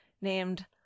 named